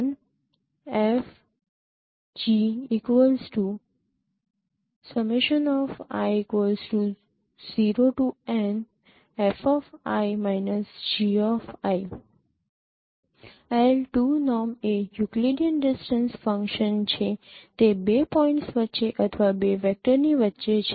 norm જે Euclidean distance function છે તે બે પોઇન્ટ્સ વચ્ચે અથવા બે વેક્ટરની વચ્ચે છે